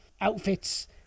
outfits